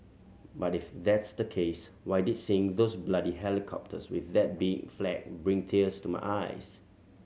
but if that's the case why did seeing those bloody helicopters with that big flag bring tears to my eyes